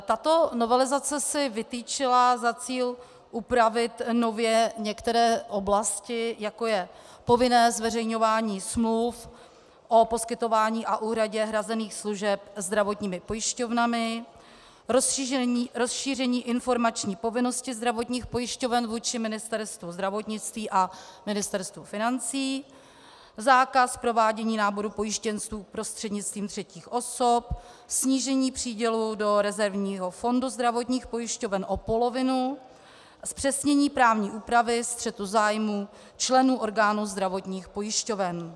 Tato novelizace si vytyčila za cíl upravit nově některé oblasti, jako je povinné zveřejňování smluv o poskytování a úhradě hrazených služeb zdravotními pojišťovnami, rozšíření informační povinnosti zdravotních pojišťoven vůči Ministerstvu zdravotnictví a Ministerstvu financí, zákaz provádění náboru pojištěnců prostřednictvím třetích osob, snížení přídělu do rezervního fondu zdravotních pojišťoven o polovinu, zpřesnění právní úpravy střetu zájmů členů orgánů zdravotních pojišťoven.